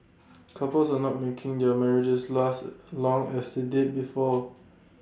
couples are not making their marriages last long as they did before